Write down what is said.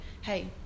hey